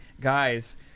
guys